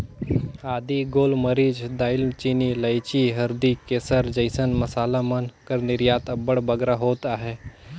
आदी, गोल मरीच, दाएल चीनी, लाइची, हरदी, केसर जइसन मसाला मन कर निरयात अब्बड़ बगरा होत अहे